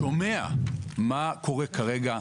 שומע מה קורה כרגע,